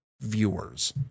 viewers